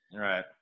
Right